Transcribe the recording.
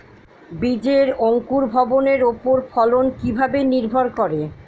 বীজের অঙ্কুর ভবনের ওপর ফলন কিভাবে নির্ভর করে?